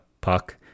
puck